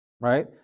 right